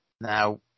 Now